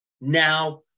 Now